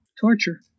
Torture